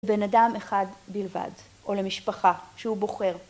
לבן אדם אחד בלבד או למשפחה. שהוא בוחר.